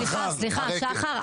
סליחה שחר,